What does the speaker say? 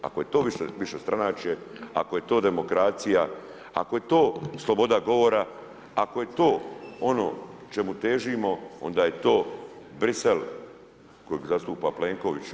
Ako je to višestranačje, ako je to demokracija, ako je to sloboda govora, ako je to ono čemu težimo onda je to Bruxelles kojeg zastupa Plenković.